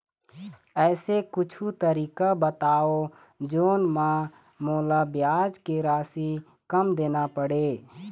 ऐसे कुछू तरीका बताव जोन म मोला ब्याज के राशि कम देना पड़े?